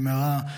במהרה,